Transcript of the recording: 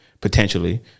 potentially